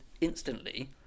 instantly